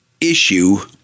issue